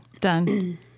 Done